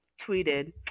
tweeted